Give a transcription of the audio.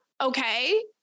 Okay